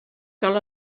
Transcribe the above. cal